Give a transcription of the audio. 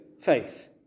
faith